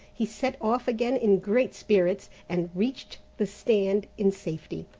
he set off again in great spirits, and reached the stand in safety.